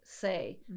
Say